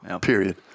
period